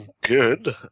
good